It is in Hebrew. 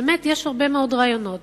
יש הרבה מאוד רעיונות.